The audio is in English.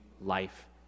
life